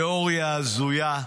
תיאוריה הזויה,